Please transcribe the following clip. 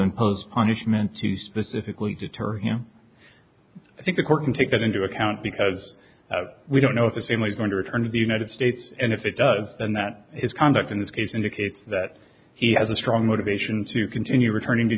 impose punishment to specifically deter him i think the court can take that into account because we don't know if his family is going to return to the united states and if it does then that his conduct in this case indicates that he has a strong motivation to continue returning to